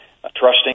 trusting